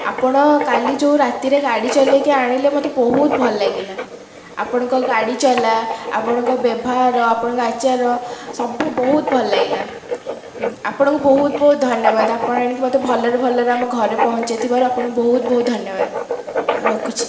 ଆପଣ କାଲି ଯେଉଁ ରାତିରେ ଗାଡ଼ି ଚଲେଇକି ଆଣିଲେ ମୋତେ ବହୁତ ଭଲ ଲାଗିଲା ଆପଣଙ୍କ ଗାଡ଼ି ଚଲା ଆପଣଙ୍କ ବ୍ୟବହାର ଆପଣଙ୍କ ଆଚାର ସବୁ ବହୁତ ଭଲ ଲାଗିଲା ଆପଣଙ୍କୁ ବହୁତ ବହୁତ ଧନ୍ୟବାଦ ଆପଣ ଆଣିକି ମୋତେ ଭଲରେ ଭଲରେ ଆମ ଘରେ ପହଞ୍ଚାଇ ଥିବାରୁ ଆପଣଙ୍କୁ ବହୁତ ବହୁତ ଧନ୍ୟବାଦ ରଖୁଛି